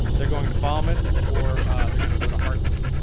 they're going to falmouth, or they're going to go to hartwood.